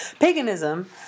Paganism